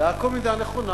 במידה הנכונה,